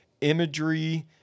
imagery